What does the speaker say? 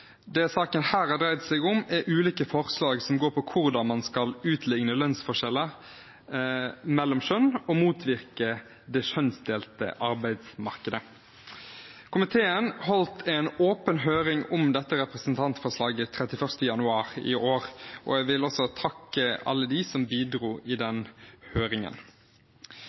Det denne saken har dreid seg om, er ulike forslag som handler om hvordan man skal utligne lønnsforskjeller mellom kjønn og motvirke det kjønnsdelte arbeidsmarkedet. Komiteen holdt en åpen høring om dette representantforslaget den 31. januar i år, og jeg vil også takke alle dem som bidro i den høringen.